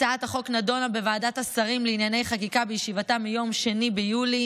הצעת החוק נדונה בוועדת השרים לענייני חקיקה בישיבתה מיום 2 ביולי